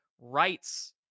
rights